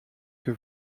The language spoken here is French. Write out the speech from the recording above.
que